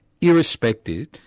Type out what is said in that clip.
irrespective